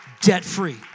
debt-free